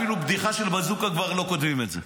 אפילו בבדיחה של בזוקה כבר לא כותבים את זה.